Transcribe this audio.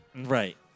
Right